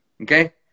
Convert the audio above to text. Okay